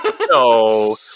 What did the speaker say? No